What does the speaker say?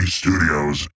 studios